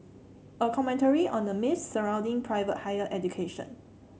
a commentary on the myths surrounding private higher education